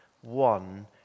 one